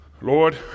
Lord